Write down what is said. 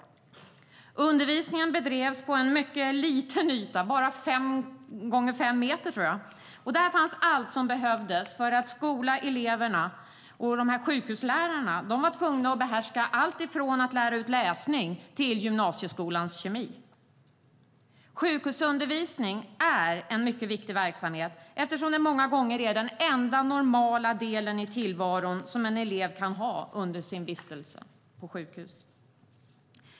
Undervisningen bedrevs på en mycket liten yta, bara 5 x 5 meter, och där fanns allt som behövdes för att undervisa eleverna. Sjukhuslärarna var tvungna att behärska allt från att lära ut läsning till gymnasieskolans kemi. Sjukhusundervisningen är en mycket viktig verksamhet, eftersom det många gånger är den enda normala delen i tillvaron som en elev kan ha under sin vistelse på sjukhus.